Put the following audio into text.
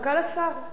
חוצפה.